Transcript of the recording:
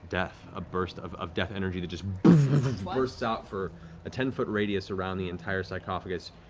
death. a burst of of death energy that just bursts out for a ten-foot radius around the entire sarcophagus.